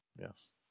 Yes